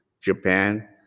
Japan